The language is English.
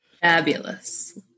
Fabulous